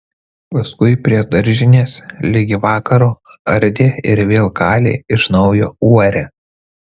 paskui prie daržinės ligi vakaro ardė ir vėl kalė iš naujo uorę